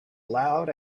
loud